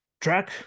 track